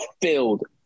filled